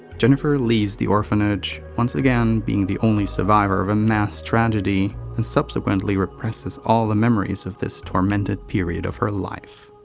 jennifer leaves the orphanage once again being the only survivor of a mass-tragedy and subsequently represses all memories of this tormented period of her life.